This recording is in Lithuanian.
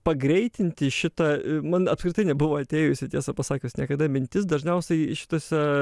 pagreitinti šita man apskritai nebuvo atėjusi tiesą pasakius niekada mintis dažniausiai šitose